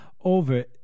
over